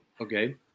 Okay